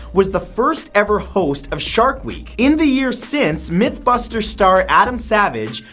was the first-ever host of shark week. in the years since, mythbusters star adam savage,